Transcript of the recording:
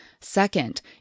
Second